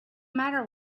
matter